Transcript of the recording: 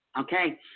Okay